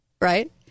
right